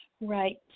Right